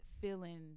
feeling